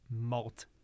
malt